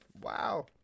Wow